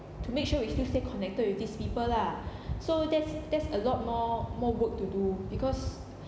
to make sure we still stay connected with these people lah so there's there's a lot more more work to do because